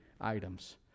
items